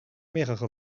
mehrere